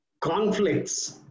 conflicts